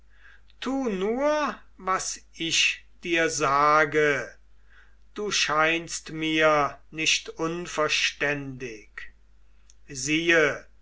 tu nur was ich dir sage du scheinst mir nicht unverständig siehe